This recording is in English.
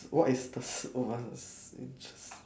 what is the s~